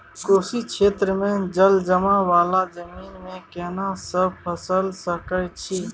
कोशी क्षेत्र मे जलजमाव वाला जमीन मे केना सब फसल के सकय छी?